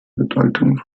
bedeutung